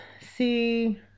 See